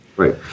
Right